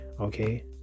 Okay